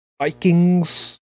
Vikings